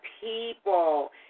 people